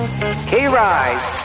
K-Ride